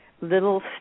little